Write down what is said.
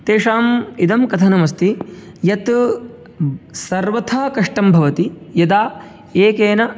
तेषाम् इदम् कथनमस्ति यत् सर्वथा कष्टं भवति यदा एकेन